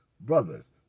Brothers